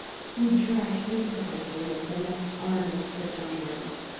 he dragged impotently at the left arm of the giant.